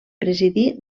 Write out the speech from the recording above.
presidí